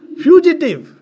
fugitive